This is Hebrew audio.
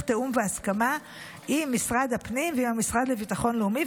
תיאום והסכמה עם משרד הפנים ועם המשרד לביטחון לאומי.